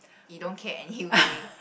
you don't care anyway